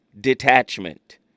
detachment